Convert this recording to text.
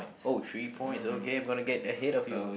oh three points okay I'm gonna get ahead of you